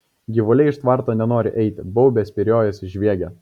gyvuliai iš tvarto nenori eiti baubia spyriojasi žviegia